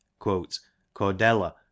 Cordella